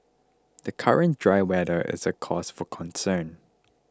the current dry weather is a cause for concern